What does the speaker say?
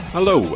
Hello